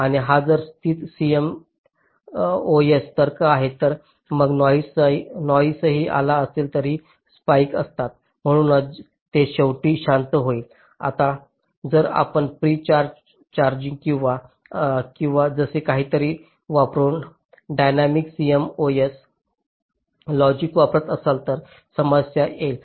आणि जर हा स्थिर CMOS तर्क आहे तर मग नॉईसही आला असेल तरी काही स्पाइक असतात म्हणूनच ते शेवटी शांत होईल जर आपण प्री चार्ज लॉजिक किंवा असे काहीतरी वापरुन डायनॅमिक CMOS लॉजिक वापरत असाल तर समस्या येईल